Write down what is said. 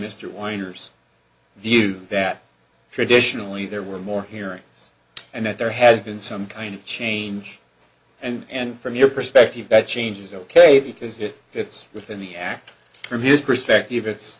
mr weiner's view that traditionally there were more hearings and that there has been some kind of change and from your perspective that change is ok because if it's within the act from his perspective it's